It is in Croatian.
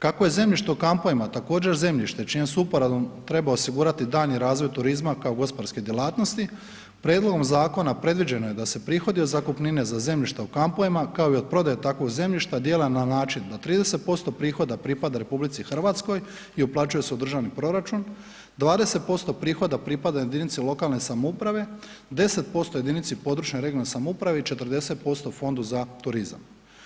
Kako je zemljište u kampovima također zemljište čijom se uporabom treba osigurati daljnji razvoj turizma kao gospodarske djelatnosti prijedlogom zakona predviđeno je da se prihodi od zakupnine za zemljišta u kampovima kao i od prodaje takvog zemljišta dijele na načina da 30% prihoda pripada RH i uplaćuje se u državni proračun, 20% prihoda pripada jedinici lokalne samouprave, 10% jedinici područne (regionalne) samouprave i 40% fondu za turizam.